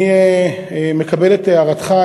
אני מקבל את הערתך.